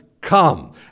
come